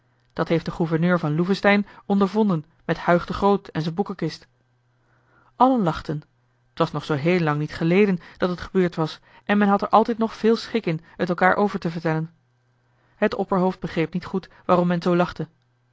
dat heeft de gouverneur van loevestein ondervonden met huig de groot en z'n boekenkist allen lachten t was nog zoo heel lang niet geleden dat het gebeurd was en men had er altijd nog veel schik in het elkaar over te vertellen het opperhoofd begreep niet goed waarom men